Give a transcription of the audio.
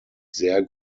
sehr